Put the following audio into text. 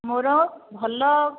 ମୋର ଭଲ